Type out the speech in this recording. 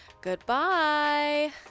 Goodbye